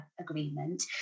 agreement